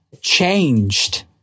changed